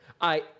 I